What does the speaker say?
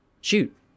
shoot